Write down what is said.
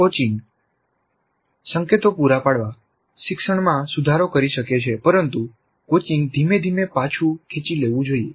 coaching સંકેતો પૂરા પાડવા શિક્ષણમાં સુધારો કરી શકે છે પરંતુ કોચિંગ ધીમે ધીમે પાછું ખેંચી લેવું જોઈએ